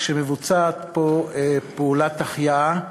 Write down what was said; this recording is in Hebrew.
כשמבוצעת בו פעולת החייאה.